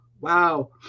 Wow